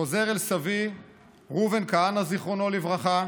חוזר אל סבי ראובן כהנא, זכרו לברכה,